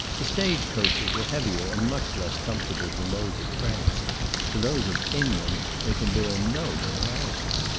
the stagecoaches are heavier and much less comfortable than those of france to those of england they can bear no comparison.